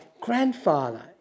grandfather